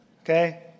Okay